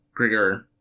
Grigor